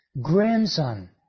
grandson